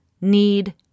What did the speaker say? need